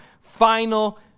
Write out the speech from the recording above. final